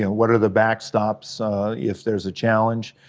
you know what are the backstops if there's a challenge?